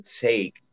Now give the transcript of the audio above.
take